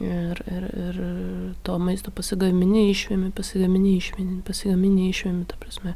ir ir ir to maisto pasigamini išvemi pasigamini išmini pasigamini išvemi ta prasme